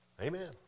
Amen